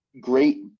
great